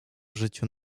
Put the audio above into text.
życiu